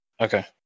Okay